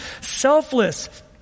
Selfless